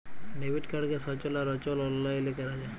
debit কাড়কে সচল আর অচল অললাইলে ক্যরা যায়